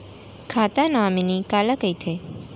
खाता नॉमिनी काला कइथे?